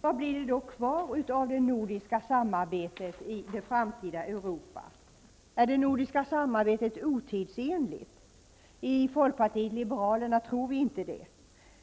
Vad blir det då kvar av det nordiska samarbetet i det framtida Europa? Är det nordiska samarbetet otidsenligt? I Folkpartiet liberalerna tror vi inte det.